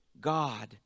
God